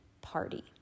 party